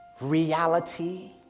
Reality